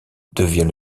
devient